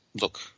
look